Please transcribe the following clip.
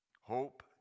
Hope